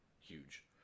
huge